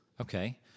Okay